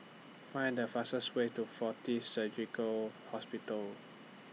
Find The fastest Way to Fortis Surgical Hospital